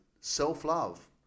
self-love